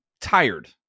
tired